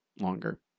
longer